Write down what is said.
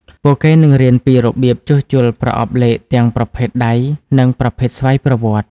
ពួកគេនឹងរៀនពីរបៀបជួសជុលប្រអប់លេខទាំងប្រភេទដៃនិងប្រភេទស្វ័យប្រវត្តិ។